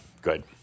good